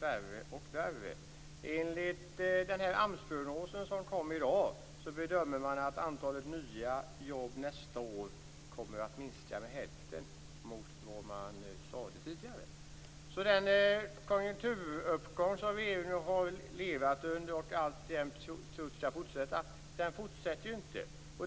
värre och värre. Enligt den här AMS-prognosen som kom i dag bedöms att antalet nya jobb nästa år kommer att minska med hälften mot vad man tidigare sade. Den konjunkturuppgång som regeringen har levt under och alltjämt tror skall fortsätta fortsätter ju inte.